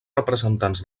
representants